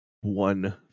one